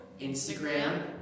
Instagram